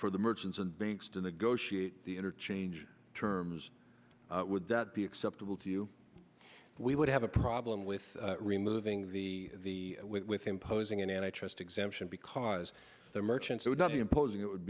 for the merchants and banks to negotiate the interchange terms would that be acceptable to you we would have a problem with removing the the with imposing an antitrust exemption because the merchants would not be imposing it would